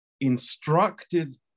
instructed